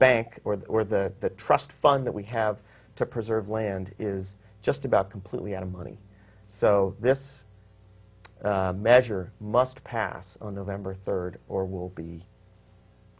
bank or the or the trust fund that we have to preserve land is just about completely out of money so this measure must pass on november third or will be